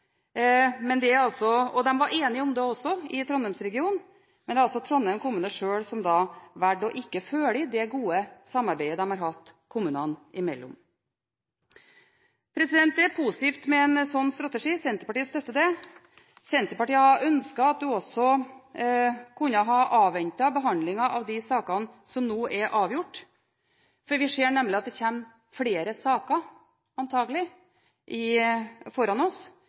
var også enige om det i Trondheims-regionen, men det var altså Trondheim kommune sjøl som valgte ikke å følge det gode samarbeidet de har hatt, kommunene imellom. Det er positivt med en slik strategi – Senterpartiet støtter det. Senterpartiet hadde ønsket at en også kunne avventet behandlingen av de sakene som nå er avgjort, for vi ser nemlig at det antakelig kommer flere saker.